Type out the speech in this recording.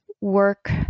work